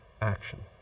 action